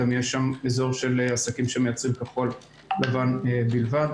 גם יהיה שם אזור של עסקים שמייצרים כחול לבן בלבד.